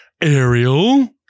Ariel